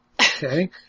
Okay